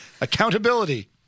Accountability